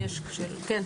כן.